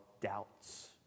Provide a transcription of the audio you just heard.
doubts